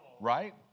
right